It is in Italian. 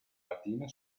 latina